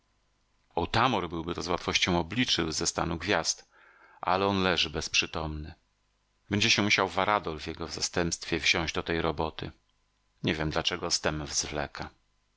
otamor byłby to z łatwością obliczył ze stanu gwiazd ale on leży bezprzytomny będzie się musiał varadol w jego zastępstwie wziąć do tej roboty nie wiem dlaczego z tem zwleka